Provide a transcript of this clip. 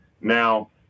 Now